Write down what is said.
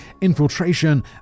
infiltration